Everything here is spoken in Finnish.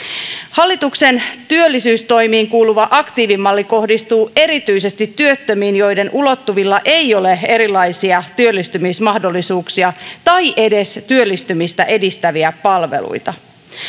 hallituksen työllisyystoimiin kuuluva aktiivimalli kohdistuu erityisesti työttömiin joiden ulottuvilla ei ole erilaisia työllistymismahdollisuuksia tai edes työllistymistä edistäviä palveluita